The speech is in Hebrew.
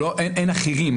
אין אחרים.